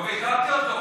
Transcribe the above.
לא ביטלתי אותו.